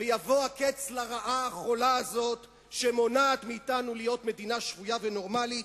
ויבוא הקץ לרעה החולה הזאת שמונעת מאתנו להיות מדינה שפויה ונורמלית.